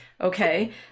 Okay